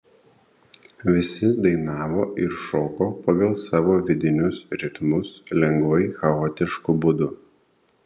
visi dainavo ir šoko pagal savo vidinius ritmus lengvai chaotišku būdu